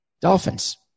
Dolphins